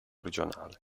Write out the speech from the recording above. regionale